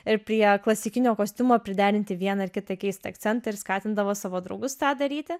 ir prie klasikinio kostiumo priderinti vieną ar kitą keistą akcentą ir skatindavo savo draugus tą daryti